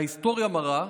ההיסטוריה מראה